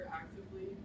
actively